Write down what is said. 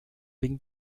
been